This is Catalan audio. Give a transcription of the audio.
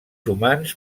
humans